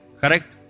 correct